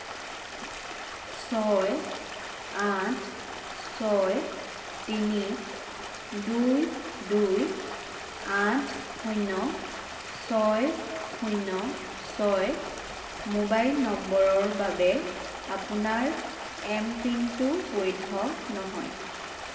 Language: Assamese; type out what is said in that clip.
ছয় আঠ ছয় তিনি দুই দুই আঠ শূন্য় ছয় শূন্য় ছয় মোবাইল নম্বৰৰ বাবে আপোনাৰ এমপিনটো বৈধ নহয়